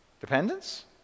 Dependence